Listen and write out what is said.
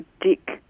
Dick